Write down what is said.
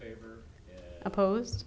favor oppose